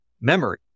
memory